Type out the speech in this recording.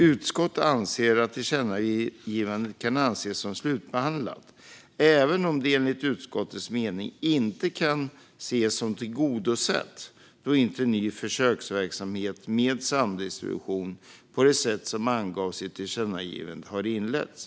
Utskottet anser att tillkännagivandet kan anses som slutbehandlat, även om det enligt utskottets mening inte kan ses som tillgodosett då inte ny försöksverksamhet med samdistribution på det sätt som angavs i tillkännagivandet har inletts.